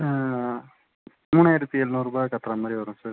ஆ மூணாயிரத்தி எழுநூறுபா கட்டுறா மாதிரி வரும் சார்